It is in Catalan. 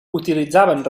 utilitzaven